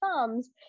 thumbs